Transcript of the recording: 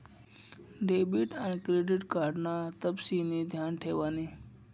debit आन credit card ना तपशिनी ध्यान ठेवानी